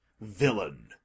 villain